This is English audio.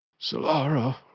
Solara